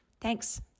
thanks